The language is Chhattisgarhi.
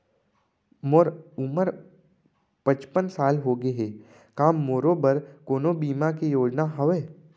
मोर उमर पचपन साल होगे हे, का मोरो बर कोनो बीमा के योजना हावे?